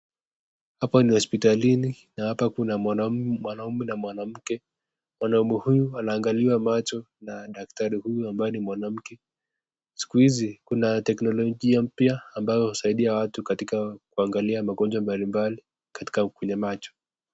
Hapa ni hospitalini na hapa kuna mwanaume mwanamke, mwanaume huyu anaangaliwa ,macho na daktari huo ambaye ni mwanamke, siku hizi kuna teknolojia mpya ambayo inatumika katika kungalia magonjwa mbalimbali katika kwenye macho.